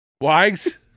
Wags